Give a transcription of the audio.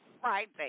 Friday